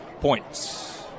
Points